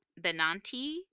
Benanti